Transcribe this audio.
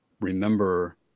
remember